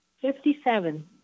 Fifty-seven